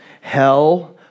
Hell